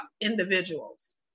individuals